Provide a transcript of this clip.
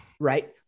Right